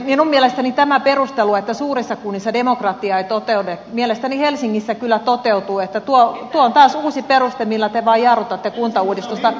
minun mielestäni tämä perustelu että suurissa kunnissa demokratia ei toteudu mielestäni helsingissä kyllä toteutuu on taas uusi peruste millä te vaan jarrutatte kuntauudistusta